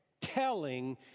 telling